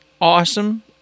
awesome